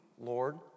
Lord